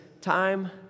time